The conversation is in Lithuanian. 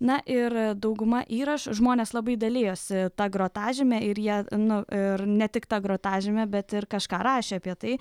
na ir dauguma įrašų žmonės labai dalijosi ta grotažyme ir jie nu ir ne tik ta grotažyme bet ir kažką rašė apie tai